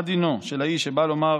מה דינו של האיש שבא לומר